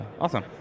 Awesome